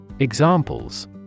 Examples